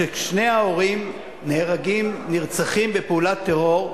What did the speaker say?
כששני ההורים נהרגים, נרצחים בפעולת טרור,